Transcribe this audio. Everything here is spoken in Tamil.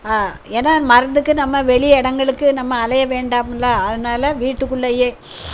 ஏன்னா மருந்துக்கு நம்ம வெளியே இடங்களுக்கு நம்ம அலைய வேண்டாம்ல அதனால் வீட்டுக்குள்ளேயே